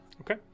Okay